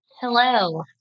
Hello